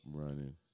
running